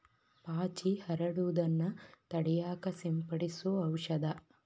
ಪಾಚಿ ಹರಡುದನ್ನ ತಡಿಯಾಕ ಸಿಂಪಡಿಸು ಔಷದ